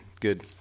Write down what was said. Good